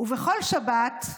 ובכל שבת,